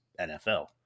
NFL